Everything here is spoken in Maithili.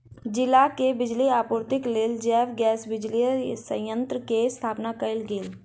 जिला के बिजली आपूर्तिक लेल जैव गैस बिजली संयंत्र के स्थापना कयल गेल